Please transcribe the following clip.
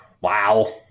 Wow